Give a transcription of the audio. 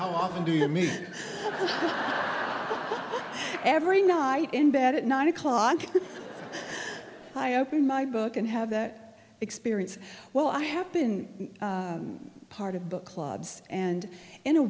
how often do you know me every night in bed at nine o'clock i open my book and have that experience well i have been part of book clubs and in a